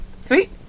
Sweet